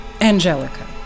Angelica